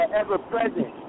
ever-present